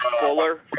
Fuller